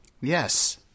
yes